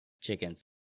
chickens